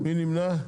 מי נמנע?